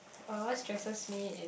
what stresses me is